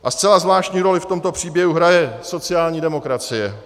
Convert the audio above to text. A zcela zvláštní roli v tomto příběhu hraje sociální demokracie.